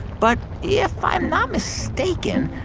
but yeah if i'm not mistaken,